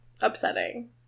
upsetting